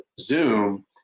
Zoom